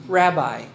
rabbi